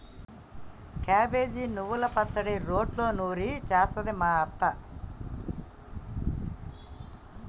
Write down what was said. cabbage నువ్వల పచ్చడి రోట్లో నూరి చేస్తది మా అత్త